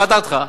מה דעתך?